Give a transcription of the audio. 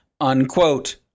Unquote